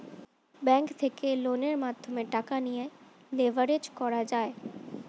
bank থেকে লোনের মাধ্যমে টাকা নিয়ে লেভারেজ করা যায়